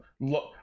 look